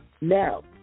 Now